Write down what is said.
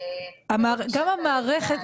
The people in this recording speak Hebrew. גם המערכת,